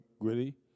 gritty